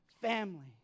family